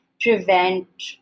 prevent